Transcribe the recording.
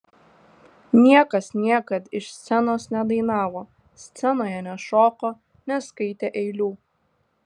niekas niekad iš scenos nedainavo scenoje nešoko neskaitė eilių